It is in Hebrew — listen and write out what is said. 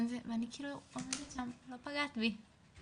ואני כאילו עומדת שם לא פגעת בי.